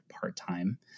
part-time